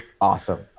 awesome